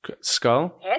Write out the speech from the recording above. Skull